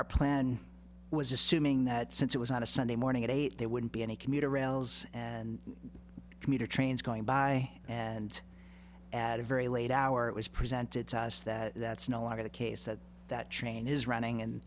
our plan was assuming that since it was on a sunday morning at eight there wouldn't be any commuter rails and commuter trains going by and at a very late hour it was presented to us that that's no longer the case that that train is running and